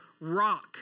rock